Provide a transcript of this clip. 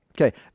Okay